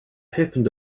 happened